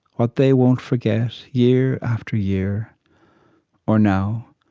what they won't forget year after year or now.